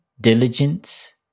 diligence